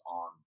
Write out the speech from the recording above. on